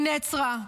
היא נעצרה.